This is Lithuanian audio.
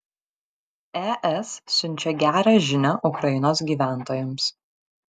es siunčia gerą žinią ukrainos gyventojams